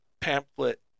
pamphlet